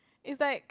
is like